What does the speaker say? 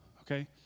Okay